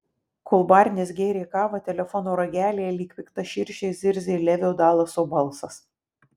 kol barnis gėrė kavą telefono ragelyje lyg pikta širšė zirzė levio dalaso balsas